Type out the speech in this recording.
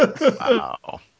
Wow